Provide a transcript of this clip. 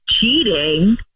cheating